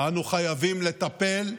אנו חייבים לטפל,